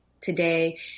today